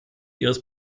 ihres